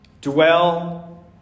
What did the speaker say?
dwell